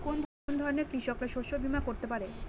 কোন ধরনের কৃষকরা শস্য বীমা করতে পারে?